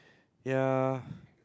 ya